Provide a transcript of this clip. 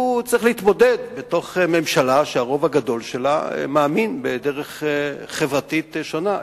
הוא צריך להתמודד בתוך ממשלה שהרוב הגדול שלה מאמין בדרך חברתית שונה.